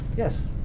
yes.